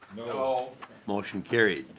ah motion carries.